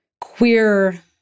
queer